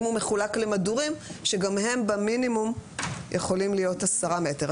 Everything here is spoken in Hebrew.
אם הוא מחולק למדורים שגם הם במינימום יכולים להיות 10 מטרים.